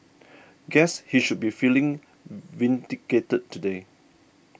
guess he should be feeling vindicated today